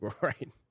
Right